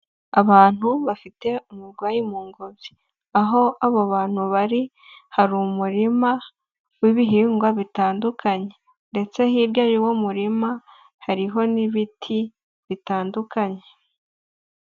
Abantu bafite umurwayi mu ngobyi, aho abo bantu bari hari umurima w'ibihingwa bitandukanye ndetse hirya y'umurima hariho n'ibiti bitandukanye.